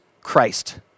Christ